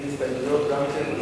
אין הסתייגויות.